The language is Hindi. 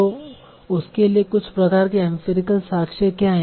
तो उसके लिए कुछ प्रकार के एम्पिरिकल साक्ष्य क्या हैं